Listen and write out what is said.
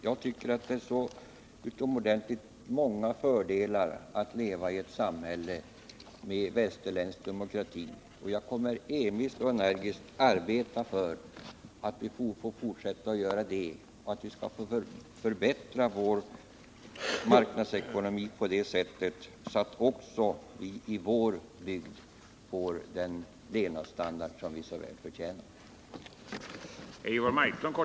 Jag tycker att det är så utomordentligt många fördelar med att leva i ett samhälle med västerländsk demokrati, och jag kommer envist och energiskt att arbeta för att få fortsätta att göra det och för att vi skall förbättra vår marknadsekonomi på ett sådant sätt att också vi i vår bygd får den levnadsstandard vi så väl förtjänar.